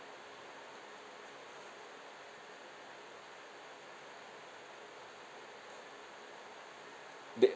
that